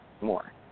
more